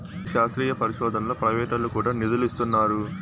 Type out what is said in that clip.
ఈ శాస్త్రీయ పరిశోదనలో ప్రైవేటోల్లు కూడా నిదులిస్తున్నారు